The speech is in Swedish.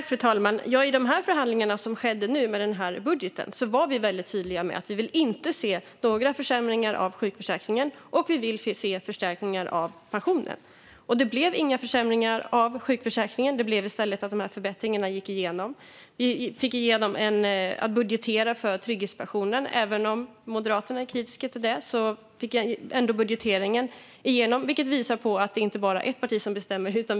Fru talman! I de förhandlingar som skedde nu i samband med budgeten var vi väldigt tydliga med att vi inte vill se några försämringar av sjukförsäkringen och att vi vill se förstärkningar av pensionerna. Det blev inga försämringar av sjukförsäkringen. Det blev i stället så att förbättringarna gick igenom. Vi fick igenom att man skulle budgetera för trygghetspensionen. Även om Moderaterna är kritiska till det gick ändå budgeteringen igenom, vilket visar på att det inte bara är ett parti som bestämmer.